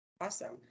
Awesome